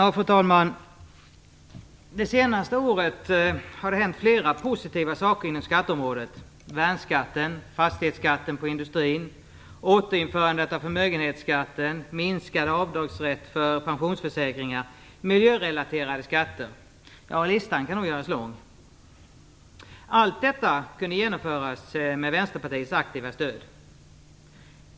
Fru talman! Det senaste året har det hänt flera positiva saker inom skatteområdet: värnskatten, fastighetsskatten inom industrin, återinförandet av förmögenhetsskatten, minskad avdragsrätt för pensionsförsäkringar, miljörelaterade skatter - ja, listan kan göras lång. Allt detta kunde genomföras med Västerpartiets aktiva stöd.